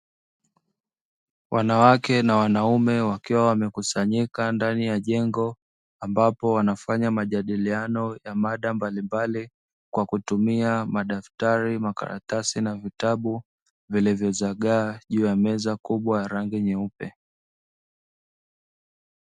Wanawake na wanaume wakiwa wamekusanyika ndani ya jengo ambapo wanafanya majadiliano ya mada mbalimbali kwa kutumia madaftari, makaratasi na vitabu vilivyozagaa juu ya meza kubwa ya rangi nyeupe.